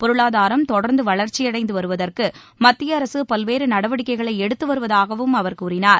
பொருளாதாரம் தொடர்ந்து வளர்ச்சியடைந்து வருவதற்கு மத்திய அரசு பல்வேறு நடவடிக்கைகளை எடுத்து வருவதாகவும் அவர் கூறினார்